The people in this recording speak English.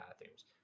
bathrooms